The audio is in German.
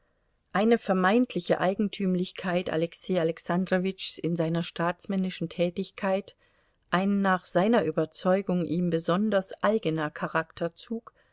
eine vermeintliche eigentümlichkeit alexei alexandrowitschs in seiner staatsmännischen tätigkeit ein nach seiner überzeugung ihm besonders eigener charakterzug